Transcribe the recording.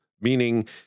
meaning